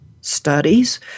studies